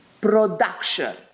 Production